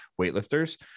weightlifters